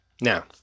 now